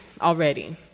already